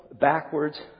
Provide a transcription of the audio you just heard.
backwards